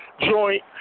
Joint